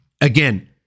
again